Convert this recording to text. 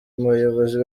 bayobozi